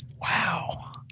Wow